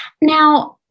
Now